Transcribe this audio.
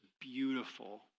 beautiful